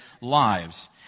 lives